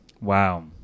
Wow